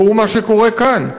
ראו מה שקורה כאן,